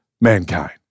mankind